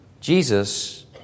Jesus